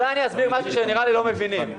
אסביר משהו שנראה לי שלא מבינים,